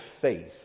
faith